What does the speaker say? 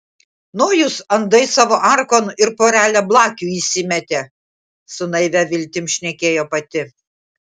nojus andai savo arkon ir porelę blakių įsimetė su naivia viltim šnekėjo pati